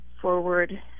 forward